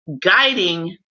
guiding